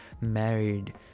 married